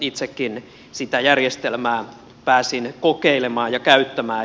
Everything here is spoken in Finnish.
itsekin sitä järjestelmää pääsin kokeilemaan ja käyttämään